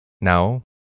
Now